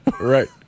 Right